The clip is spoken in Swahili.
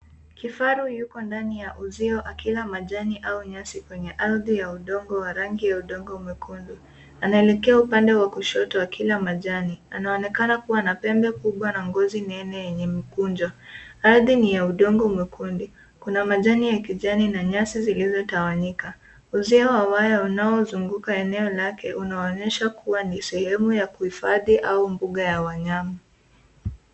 Kifaru yupo ndani ya uzio akila majani au nyasi kwenye ardhi ya udongo warangi ya udogo mwekundu .Anaelekea upande wakushoto akila majani anaonekana kuwa na pembe kubwa na ngozi nene yenye mkuchyo. Ardhi ni ya udongo mwekundu kuna majani ya kijani na nyasi zilizotawanyika .Uzio wa waya uliiozunguka eneo lake unaonyesha kuwa ni sehemu ya kuhifadhi au bunga ya wanyama.